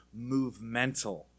movemental